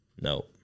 No